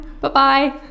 Bye-bye